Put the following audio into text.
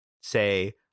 say